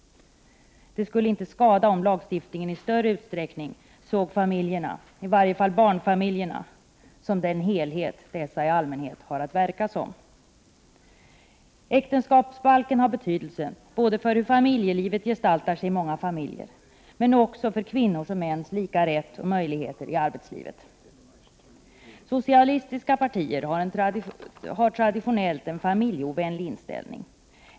Det skulle inte skada om lagstiftningen i större utsträckning såg familjerna, i varje fall barnfamiljerna, som den helhet dessa i allmänhet har att verka som. Äktenskapsbalken har betydelse både för hur familjelivet gestaltar sig i många familjer och för kvinnors och mäns lika rätt och möjligheter i arbetslivet. Socialistiska partier har traditionellt en familjeovänlig inställning.